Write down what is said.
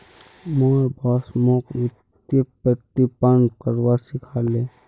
मोर बॉस मोक वित्तीय प्रतिरूपण करवा सिखा ले